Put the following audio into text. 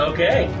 Okay